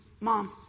Mom